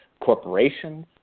corporations